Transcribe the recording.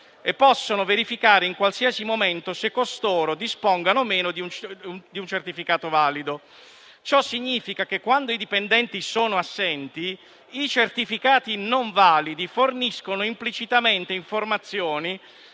e possono verificare in qualsiasi momento se costoro dispongano o meno di un certificato valido; ciò significa che, quando i dipendenti sono assenti, i certificati non validi forniscono implicitamente informazioni